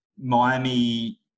Miami